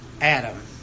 Adam